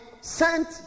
sent